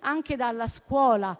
anche dalla scuola.